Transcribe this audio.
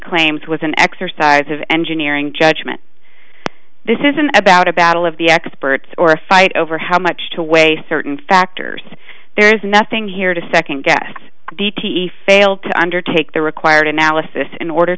claims with an exercise of engineering judgment this isn't about a battle of the experts or a fight over how much to weigh certain factors there is nothing here to second guess d t e fail to undertake the required analysis in order